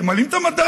כי הם מעלים את המדד.